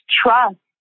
trust